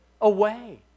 away